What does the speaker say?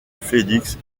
félix